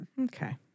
Okay